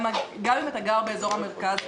גם אם אתה גר באזור המרכז,